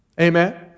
Amen